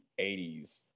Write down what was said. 80s